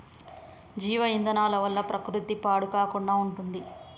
జీవ ఇంధనాల వల్ల ప్రకృతి పాడు కాకుండా ఉంటుంది